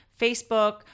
Facebook